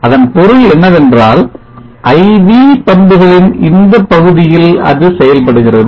அதன் பொருள் என்ன என்றால் IV பண்புகளின் இந்தப் பகுதியில் அது செயல்படுகிறது